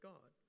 God